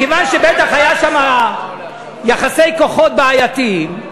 מכיוון שבטח היו שם יחסי כוחות בעייתיים,